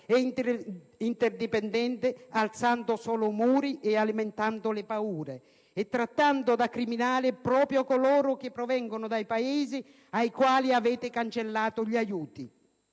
e interdipendente alzando solo muri e alimentando paure e trattando da criminali proprio coloro che provengono dai Paesi ai quali avete cancellato gli aiuti.